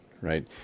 right